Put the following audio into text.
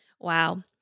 Wow